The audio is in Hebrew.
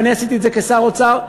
ואני עשיתי את זה כשר אוצר.